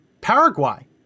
paraguay